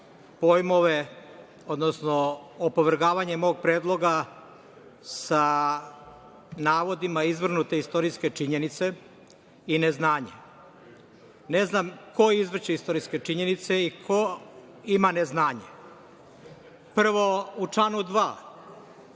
pojmove, odnosno opovrgavanje mog predloga sa navodima izvrnute istorijske činjenice i neznanja. Ne znam ko izvrće istorijske činjenice i ko ima neznanje. Prvo, u članu 2.